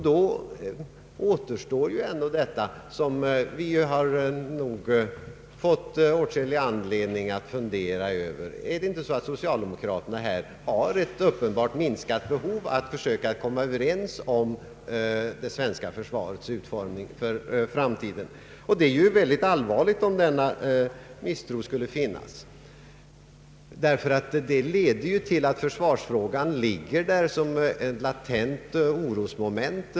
Då återstår den fråga som vi nog fått åtskilliga anledningar att fundera över: Är det inte så att socialdemokraterna känner ett uppenbart minskat behov av att komma över ens om det svenska försvarets utformning för framtiden? Det är mycket allvarligt om denna misstro skulle finnas, ty det leder till att försvarsfrågan finns där som ett latent orosmoment.